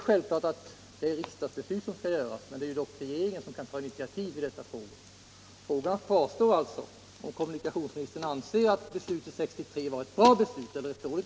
Självfallet krävs det ett riksdagsbeslut, men det är dock regeringen som kan ta initiativ i dessa frågor. Frågan kvarstår alltså: Anser kommunikationsministern att 1963 års beslut var bra eller dåligt?